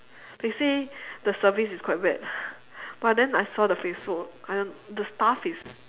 they say the service is quite bad but then I saw the facebook I don't the staff is